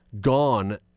gone